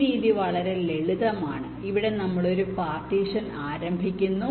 ഈ രീതി വളരെ ലളിതമാണ് ഇവിടെ നമ്മൾ ഒരു പാർട്ടീഷൻ ആരംഭിക്കുന്നു